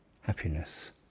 happiness